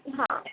हां